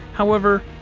however,